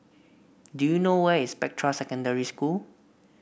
do you know where is Spectra Secondary School